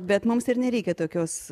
bet mums ir nereikia tokios